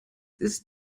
ist